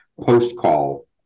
post-call